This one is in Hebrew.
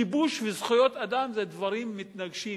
כיבוש וזכויות אדם זה דברים מתנגשים,